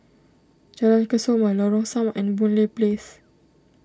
Jalan Kesoma Lorong Samak and Boon Lay Place